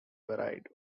varied